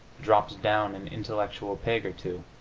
drops down an intellectual peg or two,